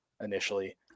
initially